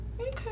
Okay